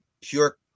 pure